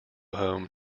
home